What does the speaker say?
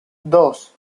dos